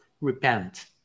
repent